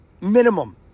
minimum